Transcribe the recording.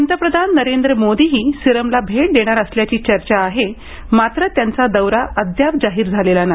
पंतप्रधान नरेंद्र मोदीही सीरमला भेट देणार असल्याची चर्चा आहे मात्र त्यांचा दौरा अद्याप जाहीर झालेला नाही